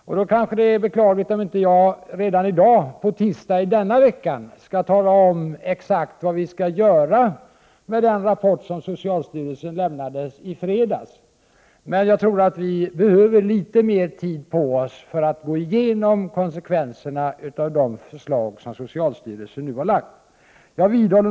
Det må vara beklagligt att jag inte redan på tisdagen i denna vecka kan tala om exakt vad vi skall göra med den rapporten, men jag tror att vi behöver litet mera tid på oss för att gå igenom konsekvenserna av de förslag som socialstyrelsen har presenterat.